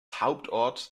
hauptort